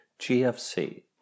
GFC